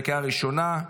בקריאה ראשונה,